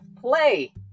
play